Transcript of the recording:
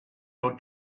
your